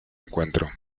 encuentro